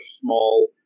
small